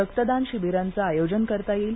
रक्तदान शिबीरांचे आयोजन करता येईल